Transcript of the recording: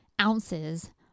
ounces